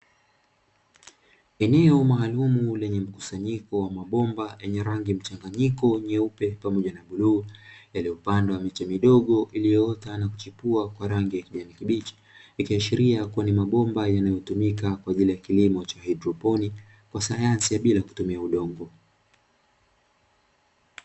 Eneo maalumu lenye mkusanyiko wa mabomba yenye rangi mchanganyiko nyeupe pamoja na bluu, yaliyopandwa miche midogo iliyoota na kuchipua kwa rangi ya kijani kibichi ikiashiria kuwa ni mabomba yanatumika kwa ajili ya kilimo cha haidroponi Cha sayanasi bila kutumia udongo.